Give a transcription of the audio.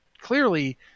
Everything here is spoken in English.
clearly